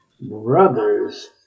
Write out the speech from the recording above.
Brothers